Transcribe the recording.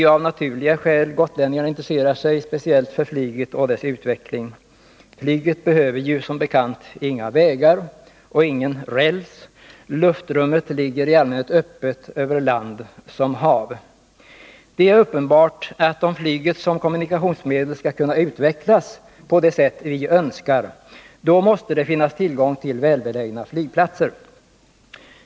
Av naturliga skäl intresserar sig gotlänningarna speciellt för flyget och dess utveckling. Flyget behöver som bekant varken vägar eller räls. Luftrummet ligger i allmänhet öppet såväl över land som över hav. Det är uppenbart att om flyget som kommunikationsmedel skall kunna utvecklas på det sätt vi önskar, måste det finnas tillgång till välbelägna flygplatser.